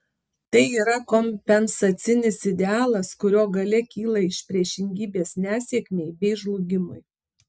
tai yra kompensacinis idealas kurio galia kyla iš priešingybės nesėkmei bei žlugimui